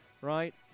right